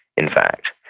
in fact.